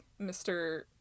Mr